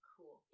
Cool